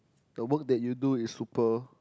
the work that you do is super